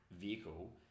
vehicle